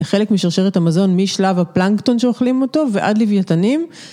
חלק משרשרת המזון משלב הפלנקטון שאוכלים אותו ועד לוויתנים.